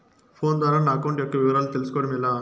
Phone ద్వారా నా account యొక్క వివరాలు తెలుస్కోవడం ఎలా?